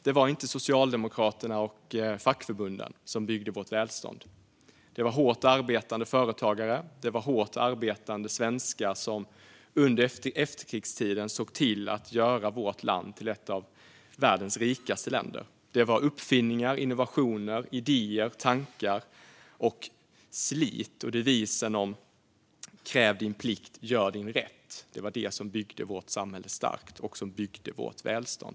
Det var inte Socialdemokraterna och fackförbunden som byggde vårt välstånd. Det gjorde hårt arbetande företagare. Det var hårt arbetande svenskar som under efterkrigstiden såg till att göra vårt land till ett av världens rikaste länder. Det var uppfinningar, innovationer, idéer, tankar och slit och devisen kräv din rätt, gör din plikt som byggde vårt samhälle starkt och som byggde vårt välstånd.